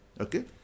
Okay